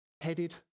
headed